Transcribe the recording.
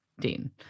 Dean